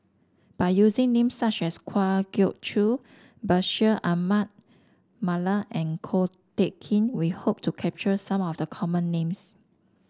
by using name such as Kwa Geok Choo Bashir Ahmad Mallal and Ko Teck Kin we hope to capture some of the common names